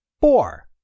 four